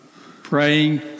Praying